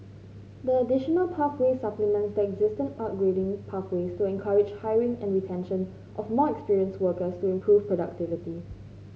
the additional pathway supplements the existing upgrading pathways to encourage hiring and retention of more experienced workers to improve productivity